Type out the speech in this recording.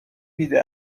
دیده